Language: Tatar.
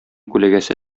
күләгәсе